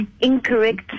incorrect